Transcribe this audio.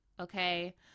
Okay